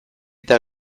eta